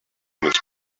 his